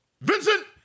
Vincent